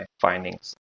findings